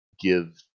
give